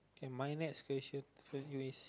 my next question for you is